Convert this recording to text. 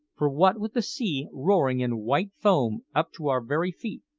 for what with the sea roaring in white foam up to our very feet,